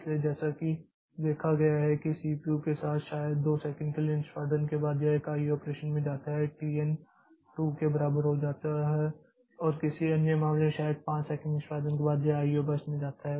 इसलिए जैसा कि देखा गया है कि सीपीयू के साथ शायद दो सेकंड के लिए निष्पादन के बाद यह एक IO ऑपरेशन में जाता है tn 2 के बराबर हो जाता है या किसी अन्य मामले में शायद 5 सेकंड निष्पादन के बाद यह IO बर्स्ट में जाता है